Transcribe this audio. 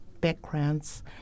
backgrounds